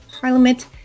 parliament